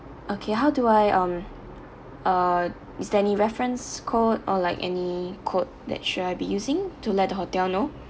okay how do I um uh is there any reference code or like any code that should I be using to let the hotel know